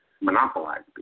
monopolized